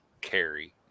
carry